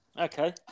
Okay